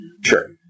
Sure